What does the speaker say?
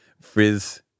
Frizz